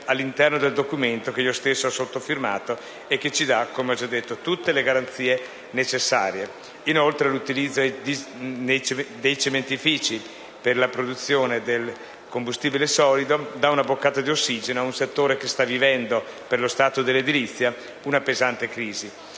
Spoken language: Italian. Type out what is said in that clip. all'interno del documento che io stesso ho sottoscritto e che ci dà, come già detto, tutte le garanzie necessarie. Inoltre, l'utilizzo di combustibile solido nei cementifici dà una boccata d'ossigeno a un settore che sta vivendo, per lo stato dell'edilizia, una pesante crisi.